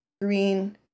green